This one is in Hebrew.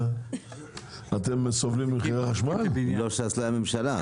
אם לא ש"ס, לא הייתה ממשלה.